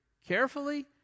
Carefully